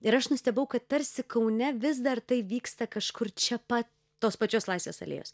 ir aš nustebau kad tarsi kaune vis dar tai vyksta kažkur čia pat tos pačios laisvės alėjos